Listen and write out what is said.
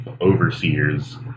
overseers